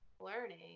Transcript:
learning